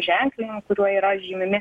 ženklinimu kuriuo yra žymimi